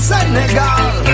Senegal